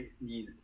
need